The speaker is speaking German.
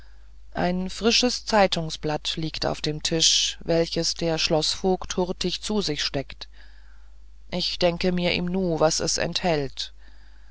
ein frisches zeitungsblatt liegt auf dem tisch welches der schloßvogt hurtig zu sich steckt ich denke mir im nu was es enthält